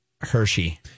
Hershey